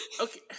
okay